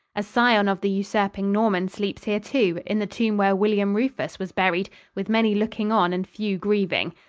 a scion of the usurping norman sleeps here too, in the tomb where william rufus was buried, with many looking on and few grieving.